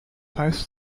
heißt